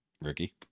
Ricky